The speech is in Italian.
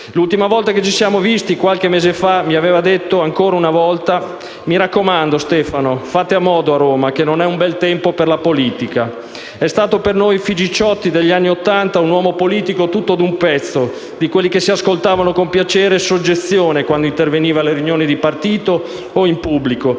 L'ultima volta che ci eravamo visti, qualche mese fa, mi aveva detto ancora una volta: «Mi raccomando, Stefano, fate a modo a Roma, che non è un bel tempo per la politica». È stato per noi, "figiciotti" degli anni Ottanta, un uomo politico tutto d'un pezzo, di quelli che si ascoltavano con piacere e soggezione quando interveniva alle riunioni di partito o in pubblico.